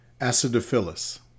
Acidophilus